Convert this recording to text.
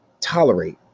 tolerate